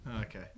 Okay